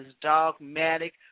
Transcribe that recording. dogmatic